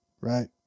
right